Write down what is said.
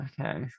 Okay